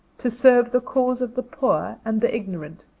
to serve the cause of the poor and the ignorant,